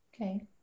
Okay